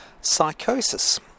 psychosis